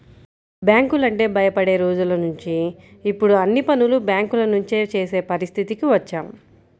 బ్యాంకులంటే భయపడే రోజులనుంచి ఇప్పుడు అన్ని పనులు బ్యేంకుల నుంచే చేసే పరిస్థితికి వచ్చాం